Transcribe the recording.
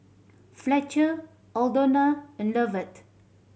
Fletcher Aldona and Lovett